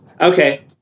Okay